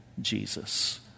Jesus